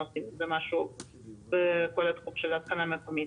נותנים משהו בכל התחום של התקנה מקומית.